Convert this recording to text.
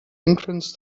entrance